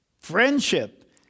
Friendship